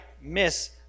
miss